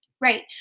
Right